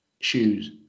shoes